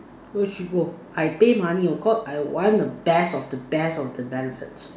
where she go I pay money of course I want the best of the best of the benefits